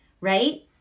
Right